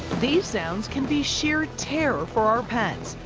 these sounds can be shear terror for our pets.